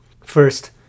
First